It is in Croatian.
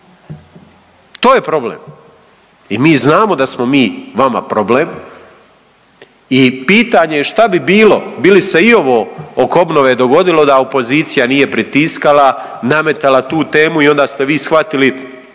To je problem i mi znamo da smo mi vama problem i pitanje je šta bi bilo, bili li se i ovo oko obnove dogodilo da opozicija nije pritiskala, nametala tu temu i onda ste vi shvatili